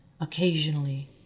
occasionally